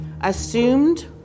assumed